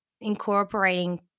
incorporating